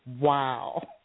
wow